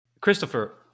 Christopher